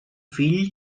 fill